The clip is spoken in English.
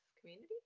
community